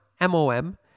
M-O-M